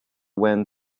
wand